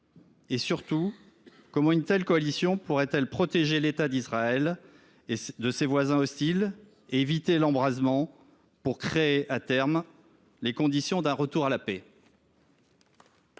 ? Surtout, comment une telle coalition pourrait elle protéger l’État d’Israël de ses voisins hostiles et éviter l’embrasement, pour créer à terme les conditions d’un retour à la paix ?